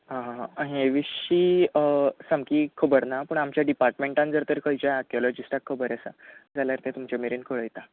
हा हा हा हे विशीं सामकी खबर ना पण आमच्या डिपाटमँटान जर तर खंयच्या आक्यॉलॉजिस्टाक खबर आसा जाल्यार तें तुमचे मेरेन कळयतां